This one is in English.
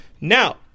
Now